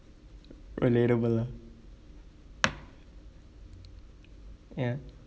relatable ah ya